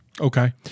Okay